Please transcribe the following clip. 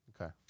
Okay